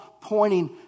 pointing